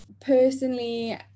personally